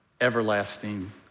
everlasting